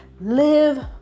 live